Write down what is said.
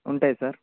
ఉంటాయి సార్